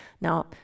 Now